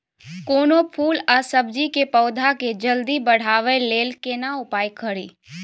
कोनो फूल आ सब्जी के पौधा के जल्दी बढ़ाबै लेल केना उपाय खरी?